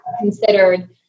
considered